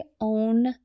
own